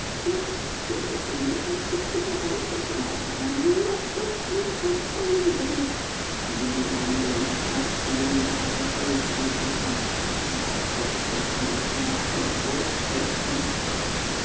nicht zu wissen daß ein christlicher geist und wenn er auch in einem noch so kleinen kreise von liebe wirkt in diesem erdenleben sich selbst belohnende arbeit genug finden kann aber ich wußte es nicht ach ich wußte es nicht